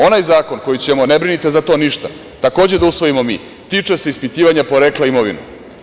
Onaj zakon koji ćemo, ne brinite za to ništa, takođe da usvojimo mi, tiče se ispitivanja porekla imovine.